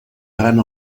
gran